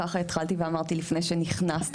ככה התחלתי ואמרתי לפני שנכנסת.